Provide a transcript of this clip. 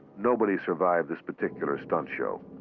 nobody survived this particular stunt show.